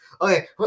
okay